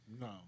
No